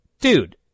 dude